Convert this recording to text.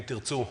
אם תרצו,